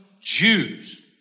Jews